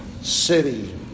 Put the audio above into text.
city